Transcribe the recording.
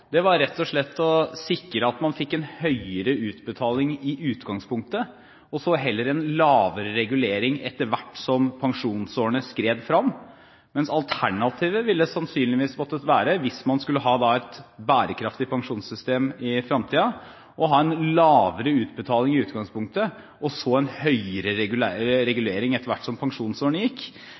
var rett og slett å sikre at man fikk en høyere utbetaling i utgangspunktet, og så heller en lavere regulering etter hvert som pensjonsårene skred frem, mens alternativet sannsynligvis hadde måttet være – hvis man skulle ha et bærekraftig pensjonssystem i fremtiden – å ha en lavere utbetaling i utgangspunktet og så en høyere regulering etter hvert som